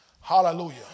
Hallelujah